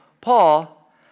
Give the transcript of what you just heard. Paul